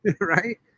right